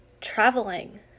traveling